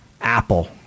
Apple